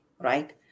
Right